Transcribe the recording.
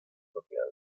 propiedad